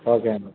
okay అండి